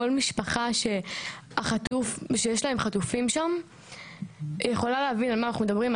כל משפחה שיש להם חטופים שם יכולה להבין על מה אנחנו מדברים.